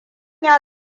ya